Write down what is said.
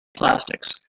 plastics